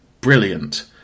brilliant